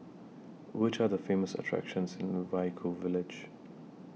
Which Are The Famous attractions in Vaiaku Village